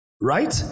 Right